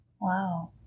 Wow